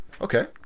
okay